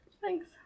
Thanks